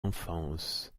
enfance